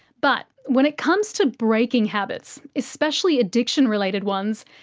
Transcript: but when it comes to breaking habits, especially addiction-related ones,